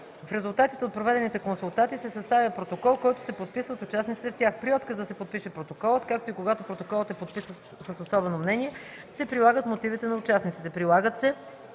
За резултатите от проведените консултации се съставя протокол, който се подписва от участниците в тях. При отказ да се подпише протоколът, както и когато протоколът е подписан с особено мнение, се прилагат мотивите на участниците.